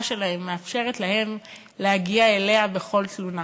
שלהם ומאפשרת להם להגיע אליה בכל תלונה.